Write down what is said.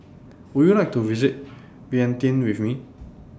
Would YOU like to visit Vientiane with Me